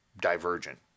divergent